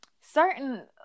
Certain